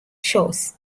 shores